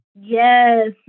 Yes